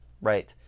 right